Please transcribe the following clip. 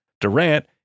Durant